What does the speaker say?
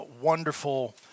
wonderful